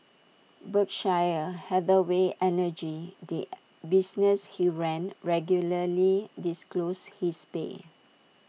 Berkshire Hathaway energy the business he ran regularly disclosed his pay